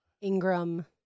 Ingram